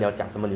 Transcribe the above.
不需要 ah